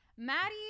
Maddie